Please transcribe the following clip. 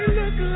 look